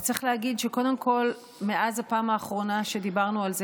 אז צריך להגיד שקודם כול מאז הפעם האחרונה שדיברנו על זה